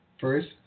first